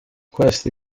questi